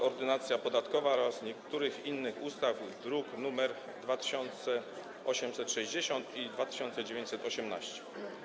Ordynacja podatkowa oraz niektórych innych ustaw, druki nr 2860 i 2918.